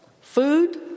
Food